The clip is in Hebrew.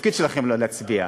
התפקיד שלכם לא להצביע,